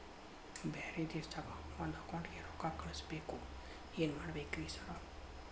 ಬ್ಯಾರೆ ದೇಶದಾಗ ಒಂದ್ ಅಕೌಂಟ್ ಗೆ ರೊಕ್ಕಾ ಕಳ್ಸ್ ಬೇಕು ಏನ್ ಮಾಡ್ಬೇಕ್ರಿ ಸರ್?